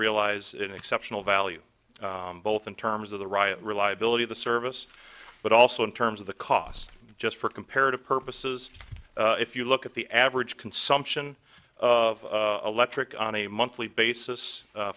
realize an exceptional value both in terms of the riot reliability of the service but also in terms of the cost just for comparative purposes if you look at the average consumption of electric on a monthly basis